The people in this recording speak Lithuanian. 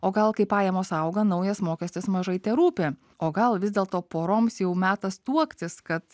o gal kai pajamos auga naujas mokestis mažai terūpi o gal vis dėlto poroms jau metas tuoktis kad